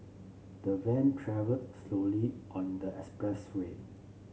the van travelled slowly on the expresway